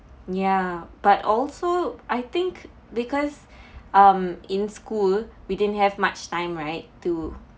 ya but also I think because um in school we didn't have much time right to